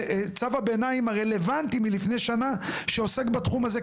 צו הביניים הרלוונטי מלפני שנה שעוסק בתחום הזה.